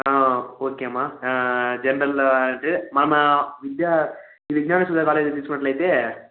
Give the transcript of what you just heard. okay మా general అంటే మన విద్యా విజ్ఞాన సుధ కాలేజ్ తీసుకున్నట్లయితే